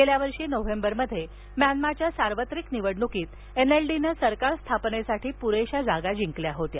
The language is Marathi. गेल्या वर्षी नोव्हेंबरमध्ये म्यानमाच्या सार्वत्रिक निवडणुकीत एनएलडीनं सरकार स्थापनेसाठी पुरेशा जागा जिंकल्या होत्या